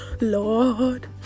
Lord